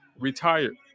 Retired